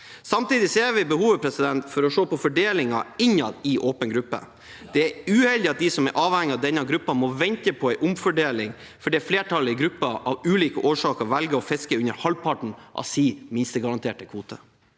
Samtidig ser vi behovet for å se på fordelingen innad i åpen gruppe. Det er uheldig at de som er avhengig av denne gruppen, må vente på en omfordeling fordi flertallet i gruppen av ulike årsaker velger å fiske under halvparten av sin minstegaranterte kvote.